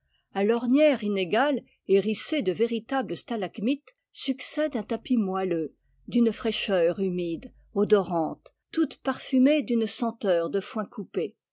a l'ornière inégale hérissée de véritables stalagmites succède un tapis moelleux d'une fraîcheur humide odorante toute parfumée d'une senteur de foin coupé